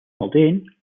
haldane